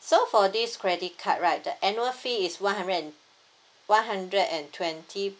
so for this credit card right the annual fee is one hundred and one hundred and twenty